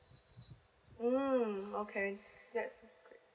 mm okay that's